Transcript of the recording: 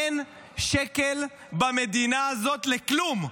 אין שקל במדינה הזאת לכלום,